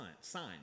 sign